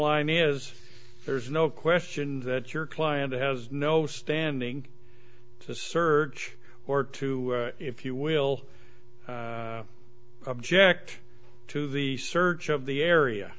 line is there's no question that your client has no standing to search or to if you will object to the search of the area